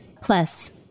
plus